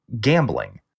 gambling